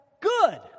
Good